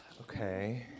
Okay